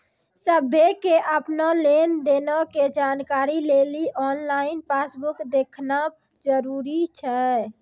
सभ्भे के अपनो लेन देनो के जानकारी लेली आनलाइन पासबुक देखना जरुरी छै